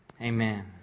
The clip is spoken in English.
Amen